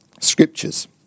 scriptures